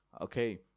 Okay